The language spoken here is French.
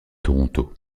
toronto